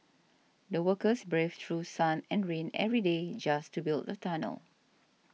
the workers braved through sun and rain every day just to build the tunnel